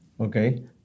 Okay